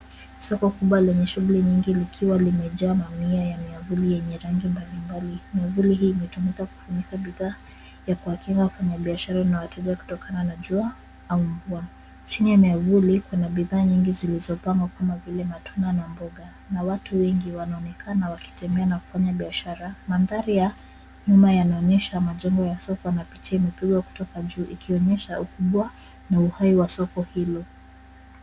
Soko kubwa lenye shughuli nyingi likiwa limejaa mamia ya miavuli yenye rangi mbalimbali. Miavuli hii imetumika kufunika bidhaa ya kuwakinga wanabiashara na wateja kutokana na jua au mvua. Chini ya miavuli kuna bidhaa nyingi zilizopangwa kama vile matunda na mboga na watu wengi wanaonekana wakitembea na kufanya biashara. Mandhari ya nyuma yanaonyesha majengo ya soko na picha imepigwa kutoka juu ikionyesha ukubwa na uhai wa soko hilo.